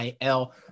il